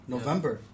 November